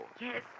Yes